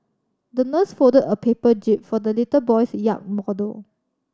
the nurse folded a paper jib for the little boy's yacht model